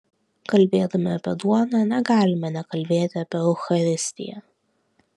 kalbėdami apie duoną negalime nekalbėti apie eucharistiją